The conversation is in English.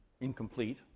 incomplete